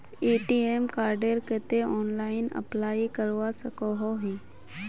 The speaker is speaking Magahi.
ए.टी.एम कार्डेर केते ऑनलाइन अप्लाई करवा सकोहो ही?